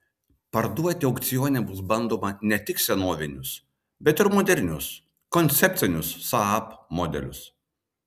parduoti aukcione bus bandoma ne tik senovinius bet ir modernius koncepcinius saab modelius